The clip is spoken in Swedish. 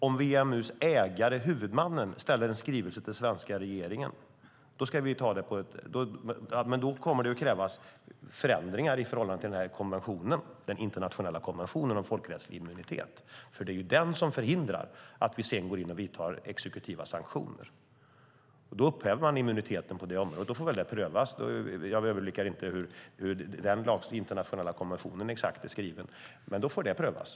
Om WMU:s huvudman ställer en skrivelse till den svenska regeringen kommer det att krävas förändringar i förhållande till den internationella konventionen om folkrättslig immunitet, för det är den som förhindrar att vi sedan går in och vidtar exekutiva sanktioner. Då upphäver man immuniteten på det området. Jag har inte kännedom om exakt hur den internationella konventionen är skriven. Men då får det prövas.